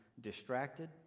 distracted